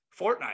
Fortnite